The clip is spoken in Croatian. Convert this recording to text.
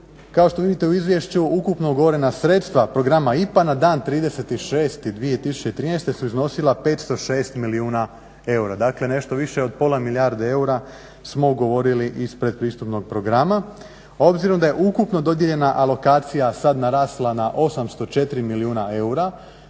Kao što vidite u izvješću ukupno ugovorena sredstva Programa IPA na dan 30.6.2013. su iznosila 506 milijuna eura, dakle nešto više od pola milijarde eura smo ugovorili ispred pretpristupnog programa. Obzirom da je ukupno dodijeljena alokacija sada narasla na 804 milijuna eura